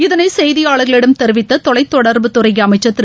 இதனை செய்தியாளர்களிடம் தெரிவித்த தொலைத் தொடர்புத்துறை அமைச்சர் திரு